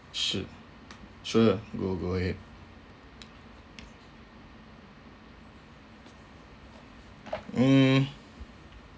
sure sure go go ahead mm